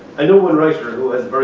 i know one writer who is